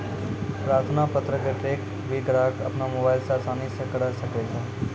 प्रार्थना पत्र क ट्रैक भी ग्राहक अपनो मोबाइल स आसानी स करअ सकै छै